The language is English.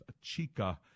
chica